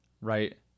right